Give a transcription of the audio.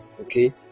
okay